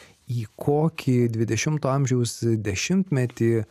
į kokį dvidešimto amžiaus dešimtmetį